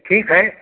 ठीक है